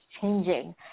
changing